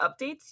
updates